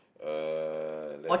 uh let's